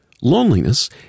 Loneliness